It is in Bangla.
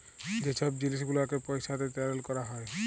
যে ছব জিলিস গুলালকে পইসাতে টারেল ক্যরা হ্যয়